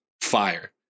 Fire